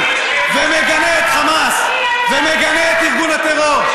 ומגנה את חמאס ומגנה את ארגון הטרור.